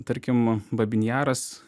tarkim babyn jaras